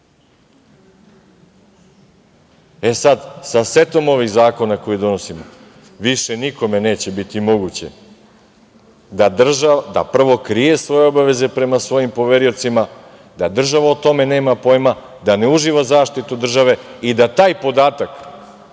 Srbije. Sa setom ovih zakona koje donosimo više nikome neće biti moguće da prvo krije svoje obaveze prema svojim poveriocima, da država o tome nema pojma, da ne uživa zaštitu države i da taj podatak,